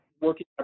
working